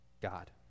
God